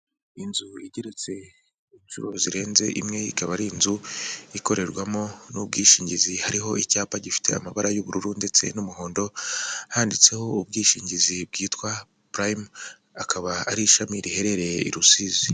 Inzu igeretse inshuro zirenze imwe ikaba ari inzu ikorerwamo n'ubwishingizi, hariho icyapa gifite amabara y'ubururu ndetse n'umuhondo, handitseho ubwishingizi bwitwa Purayime, akaba ari ishami riherereye i Rusizi.